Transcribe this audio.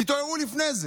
תתעוררו לפני זה.